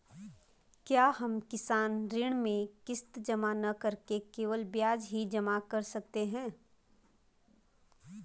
क्या हम किसान ऋण में किश्त जमा न करके केवल ब्याज ही जमा कर सकते हैं?